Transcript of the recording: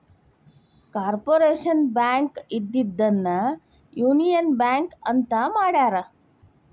corporation bank ಇದ್ದಿದ್ದನ್ನ union bank ಅಂತ ಮಾಡ್ಯಾರ